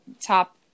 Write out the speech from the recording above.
top